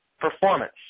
performance